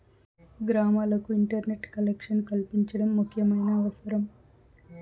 గ్రామాలకు internet collection కల్పించడం ముఖ్యమైన అవసరం